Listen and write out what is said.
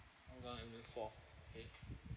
hougang avenue four okay